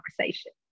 conversation